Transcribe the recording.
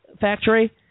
factory